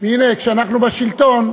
והנה, כשאנחנו בשלטון,